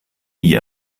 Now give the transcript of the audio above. nie